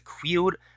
queued